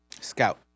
Scout